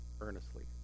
earnestly